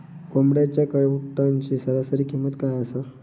कोंबड्यांच्या कावटाची सरासरी किंमत काय असा?